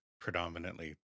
predominantly